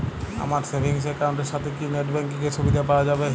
আমার savings account এর সাথে কি নেটব্যাঙ্কিং এর সুবিধা পাওয়া যাবে?